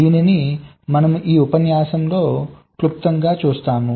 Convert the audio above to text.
దీనిని మనము ఈ ఉపన్యాసంలో క్లుప్తంగా చూస్తాము